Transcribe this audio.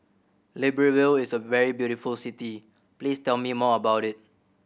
Libreville is a very beautiful city please tell me more about it